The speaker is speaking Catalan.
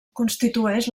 constitueix